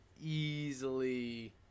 easily